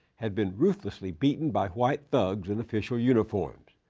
had been ruthlessly beaten by white thugs in official uniforms.